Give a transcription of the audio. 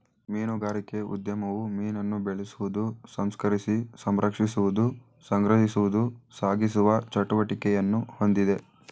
ಮೀನುಗಾರಿಕೆ ಉದ್ಯಮವು ಮೀನನ್ನು ಬೆಳೆಸುವುದು ಸಂಸ್ಕರಿಸಿ ಸಂರಕ್ಷಿಸುವುದು ಸಂಗ್ರಹಿಸುವುದು ಸಾಗಿಸುವ ಚಟುವಟಿಕೆಯನ್ನು ಹೊಂದಿದೆ